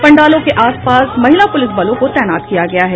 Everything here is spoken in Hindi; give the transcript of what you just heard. पंडालों के आस पास महिला प्रलिस बलों को तैनात किया गया है